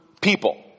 people